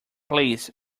please